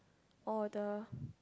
or the